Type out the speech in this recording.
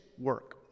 work